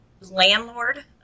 landlord